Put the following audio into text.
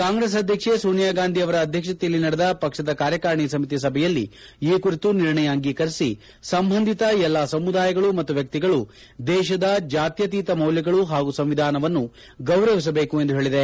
ಕಾಂಗ್ರೆಸ್ ಅಧ್ಯಕ್ಷೆ ಸೋನಿಯಾ ಗಾಂಧಿ ಅವರ ಅಧ್ಯಕ್ಷತೆಯಲ್ಲಿ ನಡೆದ ಪಕ್ಷದ ಕಾರ್ಯಕಾರಿಣಿ ಸಮಿತಿ ಸಭೆಯಲ್ಲಿ ಈ ಕುರಿತು ನಿರ್ಣಯ ಅಂಗೀಕರಿಸಿ ಸಂಬಂಧಿತ ಎಲ್ಲಾ ಸಮುದಾಯಗಳು ಮತ್ತು ವ್ಯಕ್ತಿಗಳು ದೇಶದ ಜಾತ್ಕಾತೀತ ಮೌಲ್ಯಗಳು ಹಾಗೂ ಸಂವಿಧಾನವನ್ನು ಗೌರವಿಸಬೇಕು ಎಂದು ಹೇಳದೆ